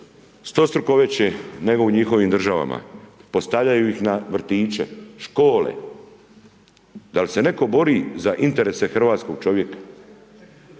stostruko veće nego u njihovim državama, postavljaju ih na vrtiće, škole, da li se netko bori za interese hrvatskog čovjeka.